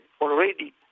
already